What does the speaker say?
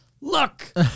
look